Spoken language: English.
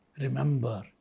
remember